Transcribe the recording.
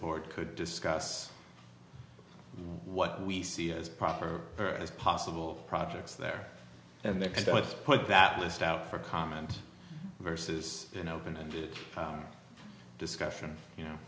board could discuss what we see as proper as possible projects there and next let's put that list out for comment versus an open ended discussion you know